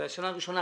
בשנה הראשונה,